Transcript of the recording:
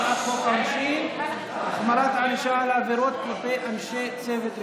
הצעת חוק העונשין (החמרת הענישה על עבירות כלפי אנשי צוות רפואי).